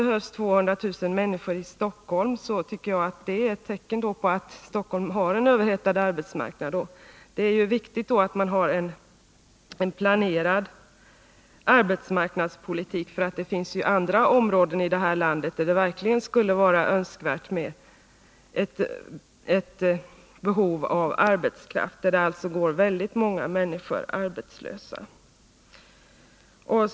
Behövs det 200 000 människor i Stockholm tycker jag att det är ett tecken på att Stockholm har en överhettad arbetsmarknad. Det är viktigt att då ha en planerad arbetsmarknadspolitik, för det finns andra områden i landet där det verkligen skulle vara önskvärt med ett behov av arbetskraft, områden där väldigt många människor går arbetslösa.